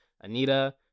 Anita